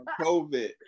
COVID